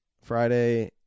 Friday